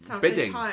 bidding